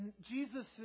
Jesus